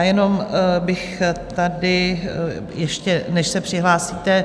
Jen bych tady, ještě než se přihlásíte...